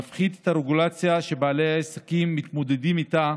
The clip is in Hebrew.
נפחית את הרגולציה שבעלי עסקים מתמודדים איתה